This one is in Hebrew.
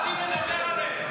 מפחדים לדבר עליהם.